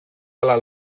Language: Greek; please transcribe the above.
άλλα